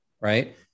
Right